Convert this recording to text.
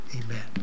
Amen